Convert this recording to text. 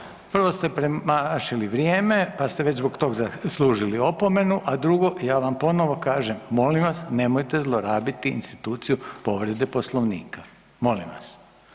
Prvo ste premašili vrijeme, pa ste već zbog zaslužili opomenu, a drugo ja vam ponovo kažem, molim vas nemojte zlorabiti instituciju povrede Poslovnika, molim vas.